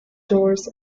doors